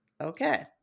Okay